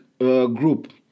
group